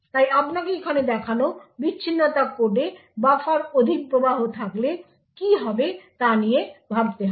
তাই আপনাকে এখানে দেখানো বিচ্ছিন্নতা কোডে বাফার অধিপ্রবাহ থাকলে কী হবে তা নিয়ে ভাবতে হবে